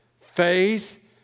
faith